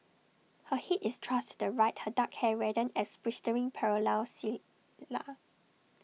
her Head is thrust to the right her dark hair rendered as bristling parallel cilia